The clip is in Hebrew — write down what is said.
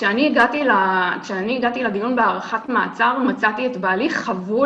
כשאני הגעתי לדיון בהארכת מעצר מצאתי את בעלי חבול.